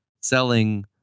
selling